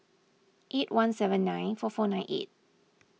eight one seven nine four four nine eight